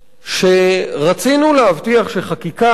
שרצינו להבטיח שהחקיקה,